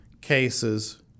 cases